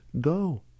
go